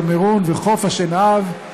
קמרון וחוף-השנהב.